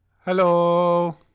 Hello